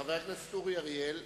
חבר הכנסת אורי אריאל,